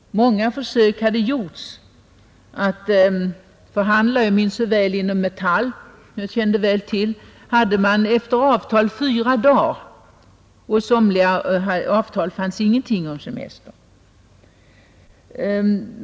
Många försök hade gjorts att förhandla. Jag minns så väl att man inom Metall — som jag kände väl till — enligt avtal hade fyra dagars semester, och i somliga avtal sades ingenting om semester.